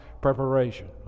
preparation